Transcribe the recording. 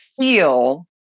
feel